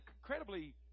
incredibly